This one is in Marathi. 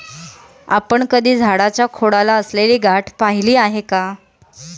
आपण कधी झाडाच्या खोडाला असलेली गाठ पहिली आहे का?